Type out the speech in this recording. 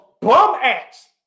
bum-ass